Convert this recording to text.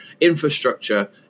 infrastructure